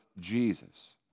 Jesus